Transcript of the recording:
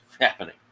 happening